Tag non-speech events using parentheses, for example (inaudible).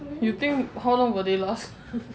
you think how long will they last (laughs)